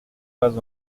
pas